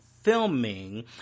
filming